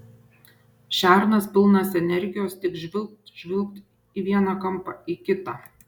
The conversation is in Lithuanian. šernas pilnas energijos tik žvilgt žvilgt į vieną kampą į kitą